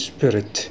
Spirit